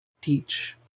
teach